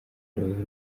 rubavu